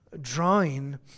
drawing